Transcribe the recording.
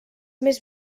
més